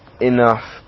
enough